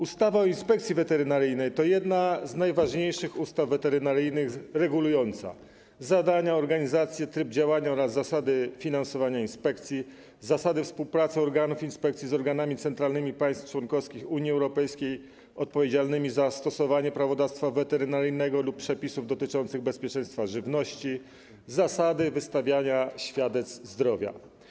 Ustawa o Inspekcji Weterynaryjnej to jedna z najważniejszych ustaw weterynaryjnych, regulująca zadania, organizację, tryb działania oraz zasady finansowania inspekcji, zasady współpracy organów inspekcji z organami centralnymi państw członkowskich Unii Europejskiej odpowiedzialnymi za stosowanie prawodawstwa weterynaryjnego lub przepisów dotyczących bezpieczeństwa żywności, zasady wystawiania świadectw zdrowia.